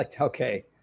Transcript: okay